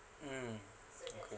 mm okay